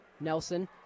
Nelson